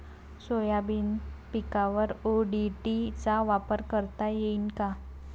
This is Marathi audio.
सोयाबीन पिकावर ओ.डी.टी चा वापर करता येईन का?